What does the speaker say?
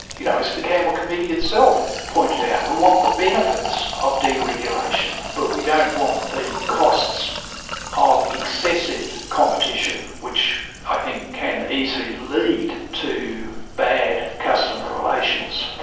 you know, as the campbell committee itself pointed out, we want the benefits of deregulation but we don't want the costs of excessive competition which i think can easily lead to bad customer relations.